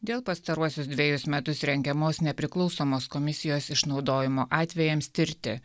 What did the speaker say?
dėl pastaruosius dvejus metus rengiamos nepriklausomos komisijos išnaudojimo atvejams tirti